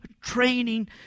training